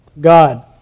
God